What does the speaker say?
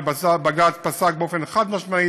ובג"ץ פסק באופן חד-משמעי,